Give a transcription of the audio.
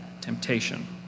temptation